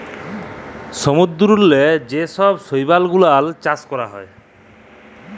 সমুদ্দূরেল্লে যে ছব শৈবাল গুলাল চাষ ক্যরা হ্যয়